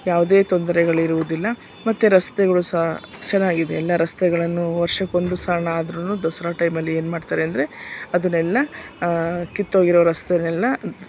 ಯಾವುದೇ ತೊಂದರೆಗಳಿರುವುದಿಲ್ಲ ಮತ್ತು ರಸ್ತೆಗಳು ಸಹ ಚೆನ್ನಾಗಿದೆ ಎಲ್ಲ ರಸ್ತೆಗಳನ್ನು ವರ್ಷಕ್ಕೊಂದು ಸಲನಾದ್ರೂ ದಸರಾ ಟೈಮಲ್ಲಿ ಏನ್ಮಾಡ್ತಾರೆ ಅಂದರೆ ಅದನ್ನೆಲ್ಲ ಕಿತ್ತೋಗಿರೋ ರಸ್ತೆಯನ್ನೆಲ್ಲ